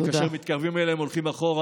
שכאשר מתקרבים אליהם, הולכים אחורה.